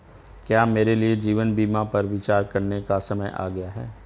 क्या मेरे लिए जीवन बीमा पर विचार करने का समय आ गया है?